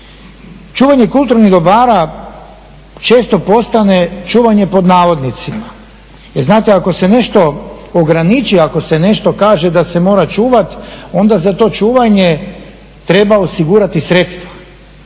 Čuvanje kulturnih dobara često postane čuvanje pod navodnicima. Jer znate, ako se nešto ograniči, ako se nešto kaže da se mora čuvati, onda za to čuvanje treba osigurati sredstva